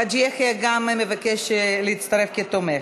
חאג' יחיא גם מבקש להצטרף כתומך.